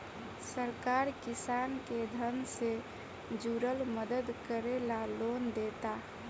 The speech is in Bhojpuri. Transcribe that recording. सरकार किसान के धन से जुरल मदद करे ला लोन देता